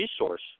resource